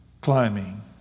climbing